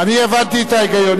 אני הבנתי את ההיגיון.